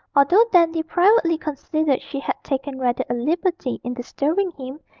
although dandy privately considered she had taken rather a liberty in disturbing him,